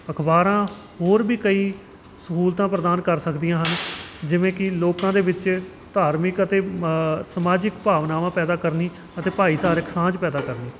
ਅਖ਼ਬਾਰਾਂ ਹੋਰ ਵੀ ਕਈ ਸਹੂਲਤਾਂ ਪ੍ਰਦਾਨ ਕਰ ਸਕਦੀਆਂ ਹਨ ਜਿਵੇਂ ਕਿ ਲੋਕਾਂ ਦੇ ਵਿੱਚ ਧਾਰਮਿਕ ਅਤੇ ਸਮਾਜਿਕ ਭਾਵਨਾਵਾਂ ਪੈਦਾ ਕਰਨੀ ਅਤੇ ਭਾਈਚਾਰਿਕ ਸਾਂਝ ਪੈਦਾ ਕਰਨੀ